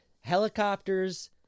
Helicopters